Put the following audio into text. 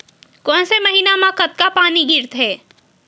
कोन से महीना म कतका पानी गिरथे?